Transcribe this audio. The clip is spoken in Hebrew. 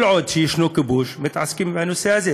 כל עוד יש כיבוש, מתעסקים בנושא הזה.